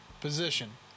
position